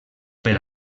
per